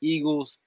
Eagles